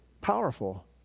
powerful